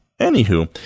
Anywho